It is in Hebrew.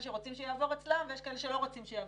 שרוצים ש יעבור אצלם ויש כאלה שלא רוצים.